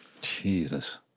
jesus